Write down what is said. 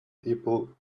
people